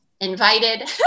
invited